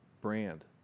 brand